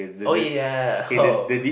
oh ya oh